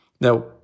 Now